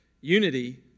unity